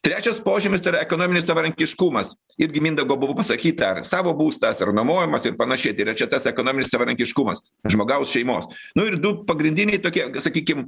trečias požymis tai yra ekonominis savarankiškumas irgi mindaugo buvo pasakyta ar savo būstas ar nuomojamas ir panašiai tai yra čia tas ekonominis savarankiškumas žmogaus šeimos nu ir du pagrindiniai tokie sakykim